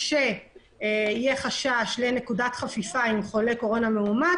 ולכשיהיה חשש לנקודת חפיפה עם חולה קורונה מאומת,